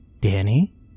Danny